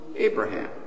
Abraham